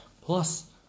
Plus